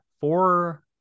Four